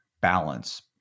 balance